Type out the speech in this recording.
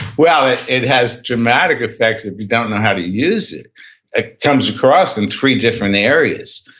well, it it has dramatic effects if you don't know how to use it. it comes across in three different areas.